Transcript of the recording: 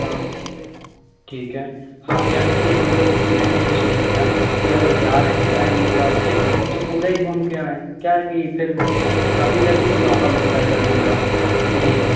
हाँ ठीक है हाँ क्या है कि हम लोग मैंने ये सोचा था कि अगर जा रहे हैं टाइम निकाल के तो पूरा ही घूम के आए क्या है कि फिर कभी कभी तो मौका मिलता जाने का इसलिए